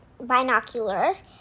binoculars